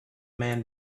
man